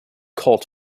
cult